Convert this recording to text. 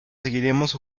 seguiremos